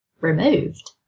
removed